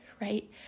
right